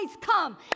come